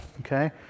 Okay